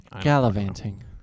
Gallivanting